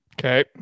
Okay